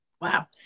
wow